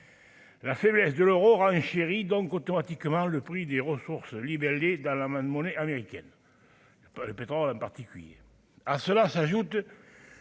La faiblesse de l'Euro renchérit donc automatiquement le prix des ressources libellés dans la main de monnaie américaine le pétrole en particulier,